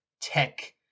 tech